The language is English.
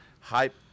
hype